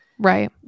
Right